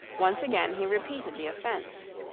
once again he repeated the offense.